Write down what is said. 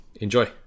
enjoy